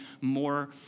more